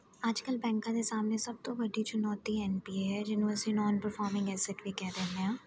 ਅੱਜ ਕੱਲ੍ਹ ਬੈਂਕਾਂ ਦੇ ਸਾਹਮਣੇ ਸਭ ਤੋਂ ਵੱਡੀ ਚੁਣੌਤੀ ਐਨਪੀਏ ਹੈ ਜਿਹਨੂੰ ਅਸੀਂ ਨੋਨ ਪਰਫੋਰਮਿੰਗ ਐਸਟ ਵੀ ਕਹਿ ਦਿੰਦੇ ਹਾਂ